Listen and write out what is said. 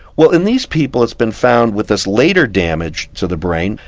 well in these people it's been found with this later damage to the brain,